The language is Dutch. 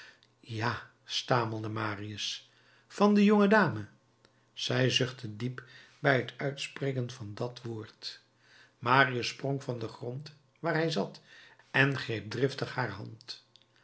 ja stamelde marius van de jonge dame zij zuchtte diep bij t uitspreken van dat woord marius sprong van den grond waar hij zat en greep driftig haar hand